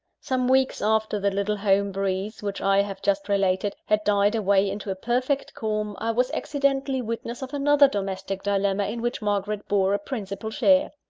some weeks after the little home-breeze which i have just related, had died away into a perfect calm, i was accidentally witness of another domestic dilemma in which margaret bore a principal share.